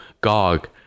Gog